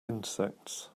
insects